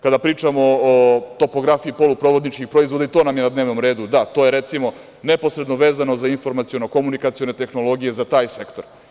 Kada pričamo o topografiji poluprovodničkih proizvoda, i to nam je na dnevnom redu, da, to je, recimo, neposredno vezano za informaciono-komunikacione tehnologije, za taj sektor.